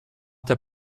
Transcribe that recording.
der